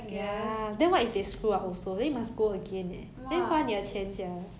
ya eh 花钱不要紧 eh 这种东西我不会 spare money 的